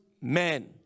men